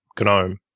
GNOME